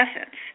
essence